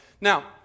Now